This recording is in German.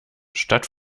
statt